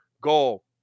goal